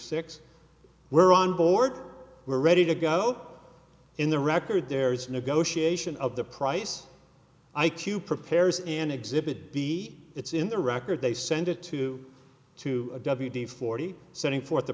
six where on board were ready to go in the record there's negotiation of the price i q prepares an exhibit b it's in the record they send it to to a w d forty setting forth the